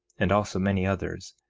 and also many others,